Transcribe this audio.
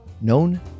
known